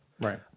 Right